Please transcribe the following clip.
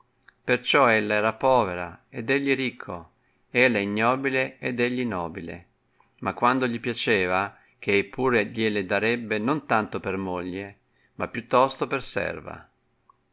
perciò ella era povera ed egli ricco ella ignobile ed egli nobile ma quando gli piaceva ch'ei pur glie la darebbe non tanto per moglie ma più tosto per serva